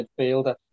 midfielder